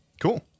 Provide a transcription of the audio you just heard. Cool